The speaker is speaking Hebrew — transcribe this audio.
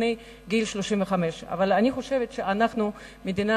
לפני גיל 35. אבל אני חושבת שאנחנו מדינה